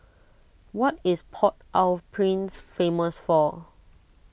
what is Port Au Prince famous for